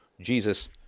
Jesus